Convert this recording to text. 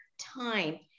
time